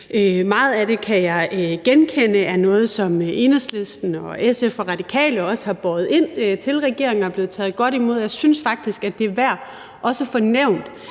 Meget af det kan jeg genkende som noget, Enhedslisten, SF og De Radikale også har båret ind til regeringen, og som er blevet taget godt imod. Jeg synes faktisk, det er værd også at få nævnt,